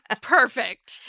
Perfect